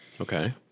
Okay